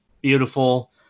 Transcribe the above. beautiful